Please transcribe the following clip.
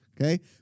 Okay